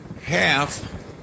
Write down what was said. half